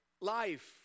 life